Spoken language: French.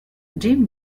jim